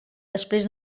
després